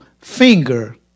finger